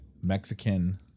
Mexican